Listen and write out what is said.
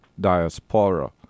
diaspora